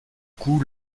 coup